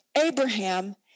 Abraham